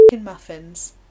muffins